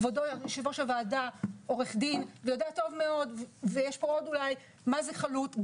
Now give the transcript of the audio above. כבוד יושב-ראש הוועדה הוא עורך דין ויודע טוב מאוד מה זה חלוט.